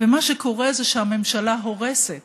מה שקורה הוא שהממשלה הורסת